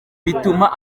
bituma